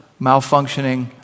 malfunctioning